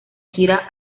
gira